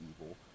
evil